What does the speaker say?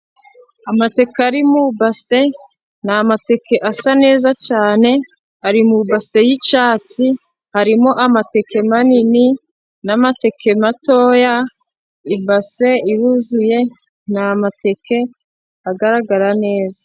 Amateke ari mu base, ni amateke asa neza cyane, ari mu base y'icyatsi harimo amateke manini n'amateke matoya, ibase iruzuye ni amateke agaragara neza.